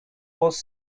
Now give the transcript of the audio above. was